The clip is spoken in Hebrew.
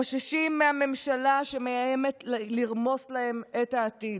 חוששים מהממשלה שמאיימת לרמוס להם את העתיד,